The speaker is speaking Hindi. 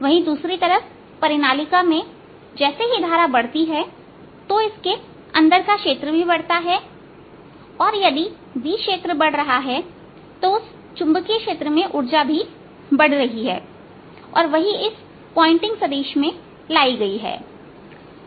वहीं दूसरी तरफ परिनालिका में जैसे ही धारा बढ़ती है तो इसके अंदर का क्षेत्र भी बढ़ता है और यदि B क्षेत्र बढ़ रहा है तो उस चुंबकीय क्षेत्र में उर्जा भी बढ़ रही है और वही इस पॉइंटिंग सदिश में लाई गई है